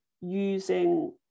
using